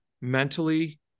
mentally